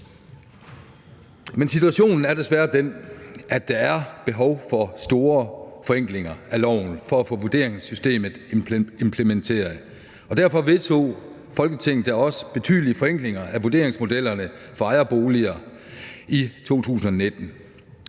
Men situationen er desværre den, at det er behov for store forenklinger af loven for at få vurderingssystemet implementeret. Derfor vedtog Folketinget da også betydelige forenklinger af vurderingsmodellerne for ejerboliger i 2019.